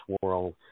world